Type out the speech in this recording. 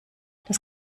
das